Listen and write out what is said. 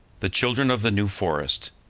the children of the new forest.